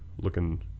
looking